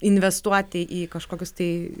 investuoti į kažkokius tai